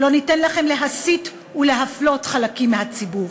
לא ניתן לכם להסית ולהפלות חלקים מהציבור.